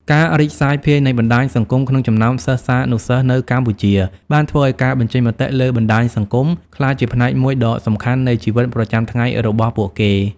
ការរីកសាយភាយនៃបណ្ដាញសង្គមក្នុងចំណោមសិស្សានុសិស្សនៅកម្ពុជា បានធ្វើឲ្យ ការបញ្ចេញមតិលើបណ្ដាញសង្គម ក្លាយជាផ្នែកមួយដ៏សំខាន់នៃជីវិតប្រចាំថ្ងៃរបស់ពួកគេ។